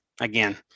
again